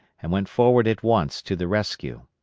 and went forward at once to the rescue.